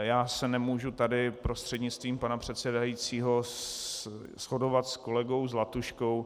Já se nemůžu tady prostřednictvím pana předsedajícího shodovat s kolegou Zlatuškou.